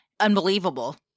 unbelievable